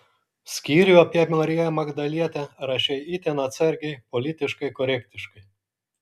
skyrių apie mariją magdalietę rašei itin atsargiai politiškai korektiškai